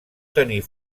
tenir